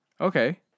Okay